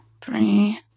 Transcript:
three